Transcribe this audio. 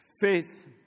faith